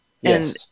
yes